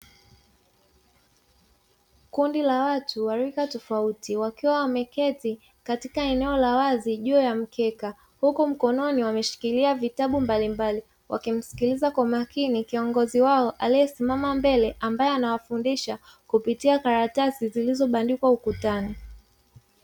Kundi la watu wa rika tofauti, wakiwa wameketi katika eneo la wazi juu ya mkeka, huku mkononi wameshika vitabu mbalimbali. Wanamsikiliza kwa makini kiongozi wao aliyesimama mbele, ambaye anawafundisha kupitia karatasi zilizobandikwa ukutani.